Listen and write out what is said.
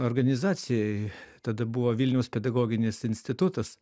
organizacijoj tada buvo vilniaus pedagoginis institutas